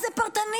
איזה פרטני?